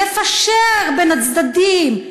לפשר בין הצדדים,